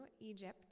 Egypt